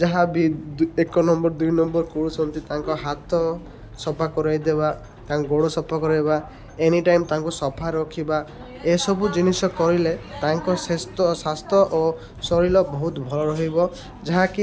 ଯାହା ବି ଏକ ନମ୍ବର୍ ଦୁଇ ନମ୍ବର୍ କରୁଛନ୍ତି ତାଙ୍କ ହାତ ସଫା କରେଇ ଦେବା ତାଙ୍କ ଗୋଡ଼ ସଫା କରେଇବା ଏନି ଟାଇମ୍ ତାଙ୍କୁ ସଫା ରଖିବା ଏସବୁ ଜିନିଷ କରିଲେ ତାଙ୍କ ସ୍ୱାସ୍ଥ୍ୟ ଓ ଶରୀର ବହୁତ ଭଲ ରହିବ ଯାହାକି